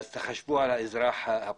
תחשבו על האזרח הפשוט.